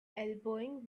elbowing